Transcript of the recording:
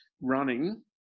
running